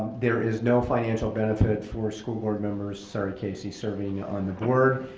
there is no financial benefit for school board members, sorry casey, serving on the board.